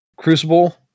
Crucible